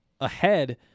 ahead